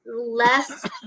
less